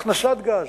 הכנסת גז,